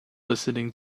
listening